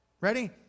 Ready